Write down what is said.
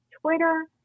Twitter